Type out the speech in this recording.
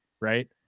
right